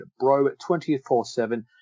BRO247